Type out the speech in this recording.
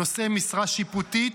נושאי משרה שיפוטית,